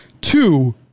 Two